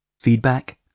Feedback